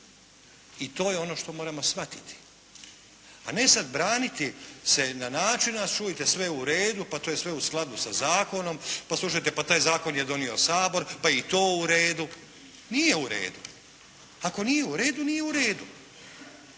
i to je ono što moramo shvatiti. A ne sad braniti se na način a čujte sve je u redu, pa to je sve u skladu sa zakonom, pa slušajte pa taj zakon je donio Sabor pa je i to u redu. Nije u redu. Ako nije u redu, nije u redu!